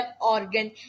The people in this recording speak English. organ